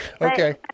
Okay